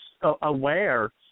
aware